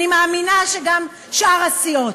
אני מאמינה שגם שאר הסיעות.